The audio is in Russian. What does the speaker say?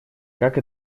как